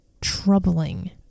troubling